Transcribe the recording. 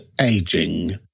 aging